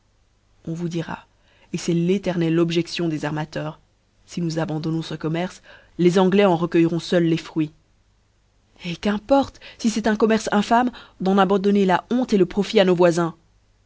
on vous dira c'efl l'éternelle objedion des armateurs fi nous abandonnons ce commerce les anglois en recueilleront feuls les fruits eh qu'importe fi c'eft un commerce infâme d'en abandonner la honte le profit à nos voifins